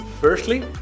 Firstly